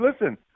listen